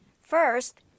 First